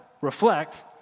Reflect